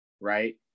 right